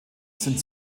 sind